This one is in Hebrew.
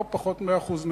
לא פחות ממאה אחוז נבלה,